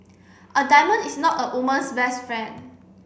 a diamond is not a woman's best friend